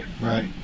Right